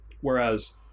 Whereas